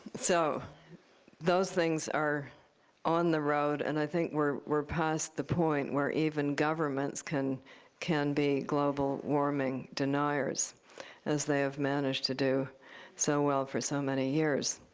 so those things are on the road. and i think we're we're past the point where even governments can can be global warming deniers as they have managed to do so well for so many years.